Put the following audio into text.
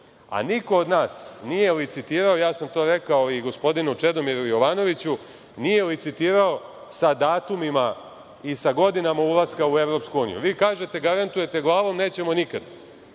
Niko od nas nije to licitirao. To sam rekao gospodinu Čedomiru Jovanoviću, nije licitirao sa datumima i sa godinama ulaska u EU. Vi kažete, garantujete glavom nećemo nikada,